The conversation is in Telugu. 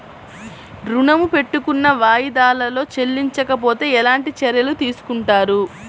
ఋణము పెట్టుకున్న వాయిదాలలో చెల్లించకపోతే ఎలాంటి చర్యలు తీసుకుంటారు?